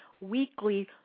weekly